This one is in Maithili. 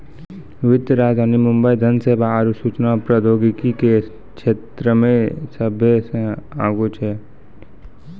वित्तीय राजधानी मुंबई धन सेवा आरु सूचना प्रौद्योगिकी के क्षेत्रमे सभ्भे से आगू छै